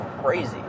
crazy